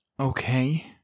Okay